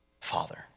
Father